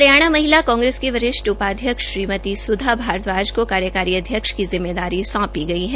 हरियाणा महिला कांग्रेस की वरिष्ठ उपाध्यक्ष श्रीमती सुधा भारदवाज को कार्यकारी अध्यक्ष की जिम्मेदारी सौंपी गई है